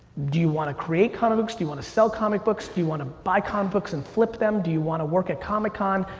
do you wanna create comic kind of books? do you wanna sell comic books? do you wanna buy comic books and flip them? do you wanna work at comic-con?